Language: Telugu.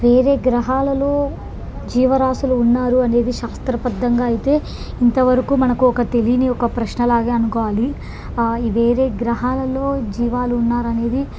వేరే గ్రహాలలో జీవరాశులు ఉన్నారు అనేది శాస్త్రబద్ధంగా అయితే ఇంతవరకు మనకు ఒక తెలియని ఒక ప్రశ్నలాగా అనుకోవాలి వేరే గ్రహాలలో జీవాలు ఉన్నారనేది